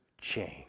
change